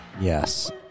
yes